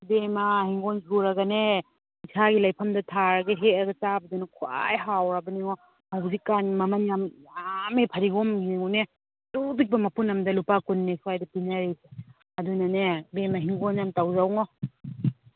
ꯏꯕꯦꯝꯃ ꯍꯤꯡꯒꯣꯟ ꯁꯨꯔꯒꯅꯦ ꯏꯁꯥꯒꯤ ꯂꯩꯐꯝꯗ ꯊꯥꯔꯒ ꯍꯦꯛꯑꯒ ꯆꯥꯕꯅ ꯈ꯭ꯋꯥꯏ ꯍꯥꯎꯔꯕꯅꯤꯉꯣ ꯍꯧꯖꯤꯛꯀꯥꯟ ꯃꯃꯜ ꯌꯥꯝ ꯌꯥꯝꯃꯦ ꯐꯗꯤꯒꯣꯝ ꯌꯦꯡꯉꯨꯅꯦ ꯄꯤꯇ꯭ꯔꯨ ꯄꯤꯛꯄ ꯃꯄꯨꯟ ꯑꯃꯗ ꯂꯨꯄꯥ ꯀꯨꯟꯅꯤ ꯁ꯭ꯋꯥꯏꯗ ꯄꯤꯅꯔꯤꯁꯦ ꯑꯗꯨꯅꯅꯦ ꯏꯕꯦꯝꯃ ꯍꯤꯡꯒꯣꯜ ꯌꯥꯝ ꯇꯧꯖꯧꯉꯣ